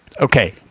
Okay